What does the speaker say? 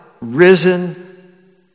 risen